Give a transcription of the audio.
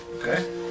Okay